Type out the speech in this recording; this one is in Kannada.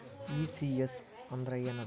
ಈ.ಸಿ.ಎಸ್ ಅಂದ್ರ ಏನದ?